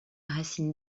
racine